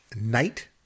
Night